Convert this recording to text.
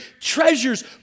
treasures